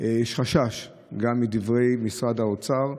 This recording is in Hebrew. היה חשש, גם לדברי משרד האוצר,